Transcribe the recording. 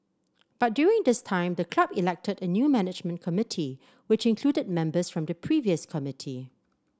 but during this time the club elected a new management committee which included members from the previous committee